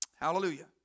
Hallelujah